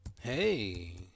Hey